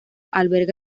alberga